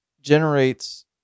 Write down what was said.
generates